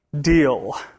deal